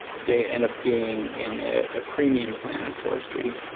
they end up being in a ah premium planet forestry,